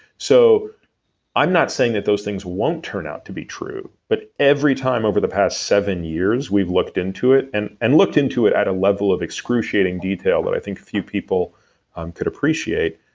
so i'm not saying that those things won't turn out to be true. but every time over the past seven years we've looked into it, and and looked into it at a level of excruciating detail that i think few people could appreciate.